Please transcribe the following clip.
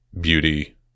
beauty